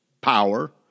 power